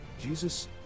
Jesus